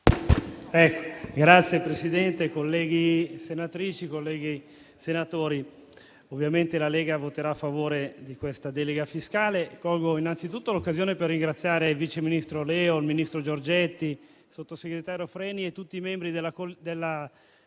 Signor Presidente, colleghi senatrici, colleghi senatori, ovviamente la Lega voterà a favore di questa delega fiscale. Colgo innanzi tutto l'occasione per ringraziare il vice ministro Leo, il ministro Giorgetti, il sottosegretario Freni e tutti i membri della Commissione